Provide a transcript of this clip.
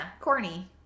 Corny